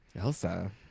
Elsa